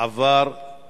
את